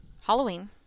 Halloween